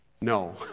No